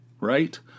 right